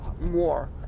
more